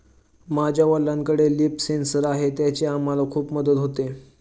माझ्या वडिलांकडे leaf sensor आहे त्याची आम्हाला खूप मदत होते